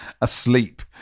asleep